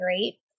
great